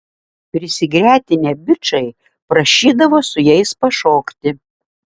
prisigretinę bičai prašydavo su jais pašokti